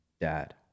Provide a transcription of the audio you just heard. dad